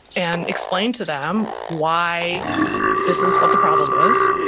and explain to them why this is what the problem is.